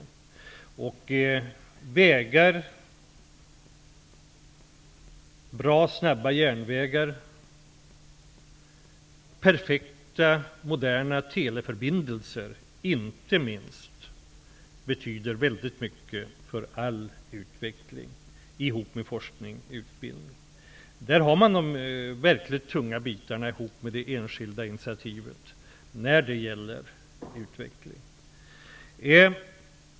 Inte minst vägar, bra och snabba järnvägar, perfekta moderna teleförbindelser tillsammans med forskning och utbildning betyder väldigt mycket för all utveckling. Där har man de verkligt tunga bitarna, tillsammans med det enskilda initiativet, när det gäller utveckling.